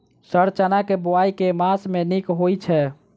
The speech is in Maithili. सर चना केँ बोवाई केँ मास मे नीक होइ छैय?